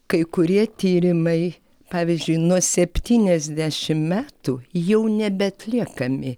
kai kurie tyrimai pavyzdžiui nuo septyniasdešimt metų jau nebeatliekami